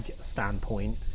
standpoint